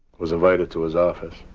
was invited to his office